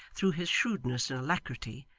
through his shrewdness and alacrity,